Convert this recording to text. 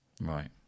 Right